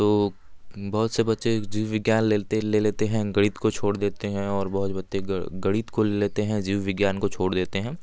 तो बहुत से बच्चे जीव विज्ञान लेते ले लेते हैं गणित को छोड़ देते हैं और बहुत बच्चे गणित को लेते हैं जीव विज्ञान को छोड़ देते हैं